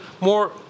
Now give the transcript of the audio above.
more